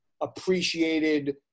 appreciated